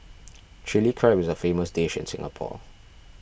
Chilli Crab is a famous dish in Singapore